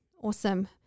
Awesome